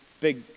big